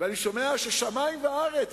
אני שומע ששמים וארץ,